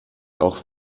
auch